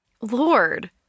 Lord